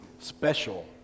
special